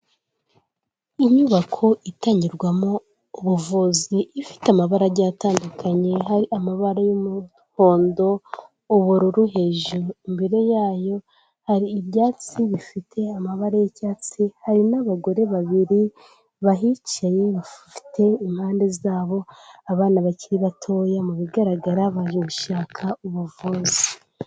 Inyubako itangirwamo ubuvuzi, ifite amabara agiye atandukanye, hari amabara y'umuhondo, ubururu hejuru, imbere yayo hari ibyatsi bifite amabara y'icyatsi, hari n'abagore babiri bahicaye bafite impande zabo abana bakiri batoya. Mu bigaragara baje gushaka ubuvuzi.